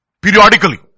periodically